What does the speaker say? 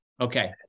Okay